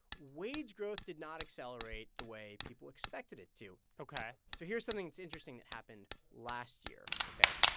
wage growth did not accelerate the way people expected it to ok so here's something that's interesting that happened last year, ok?